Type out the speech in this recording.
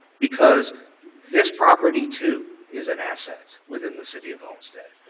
because this property too, is an asset within the city of homestead.